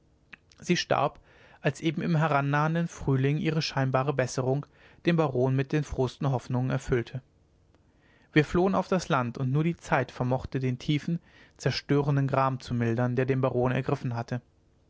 sie starb als eben im herannahenden frühling ihre scheinbare besserung den baron mit den frohsten hoffnungen erfüllte wir flohen auf das land und nur die zeit vermochte den tiefen zerstörenden gram zu mildern der den baron ergriffen hatte